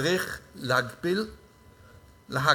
צריך להגביל אותן.